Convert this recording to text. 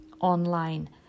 online